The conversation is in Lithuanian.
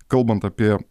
kalbant apie